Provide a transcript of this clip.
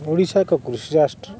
ଓଡ଼ିଶା ଏକ କୃଷି ରାଷ୍ଟ୍ର